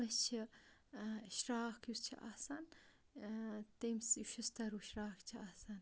أسۍ چھِ شرٛاکھ یُس چھِ آسان تَمہِ سۭتۍ شِشتروٗ شرٛاکھ چھِ آسان